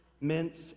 mints